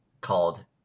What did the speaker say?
called